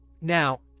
now